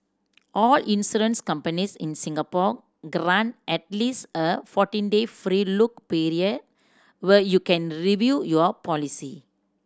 all insurance companies in Singapore grant at least a fourteen day free look period where you can review your policy